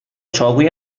چاقوی